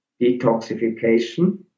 detoxification